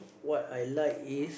what I like is